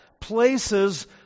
places